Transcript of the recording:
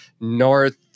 north